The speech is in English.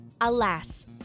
Alas